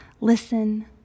Listen